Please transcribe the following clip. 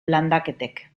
landaketek